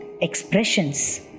expressions